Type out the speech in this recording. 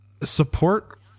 support